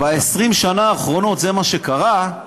כי, אם ב-20 שנה האחרונות זה מה שקרה,